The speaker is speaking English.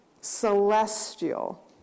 celestial